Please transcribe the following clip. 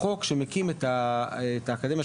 החוק שמקים את האקדמיה,